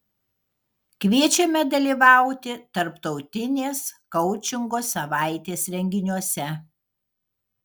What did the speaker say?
kviečiame dalyvauti tarptautinės koučingo savaitės renginiuose